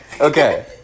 Okay